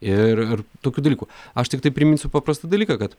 ir ir tokių dalykų aš tiktai priminsiu paprastą dalyką kad